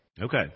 Okay